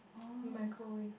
oh yeah